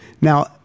Now